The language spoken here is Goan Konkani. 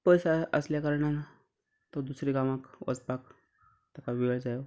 पयस आसल्या कारणान तो दुसऱ्या गांवांक वचपाक ताका वेळ जाय